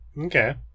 Okay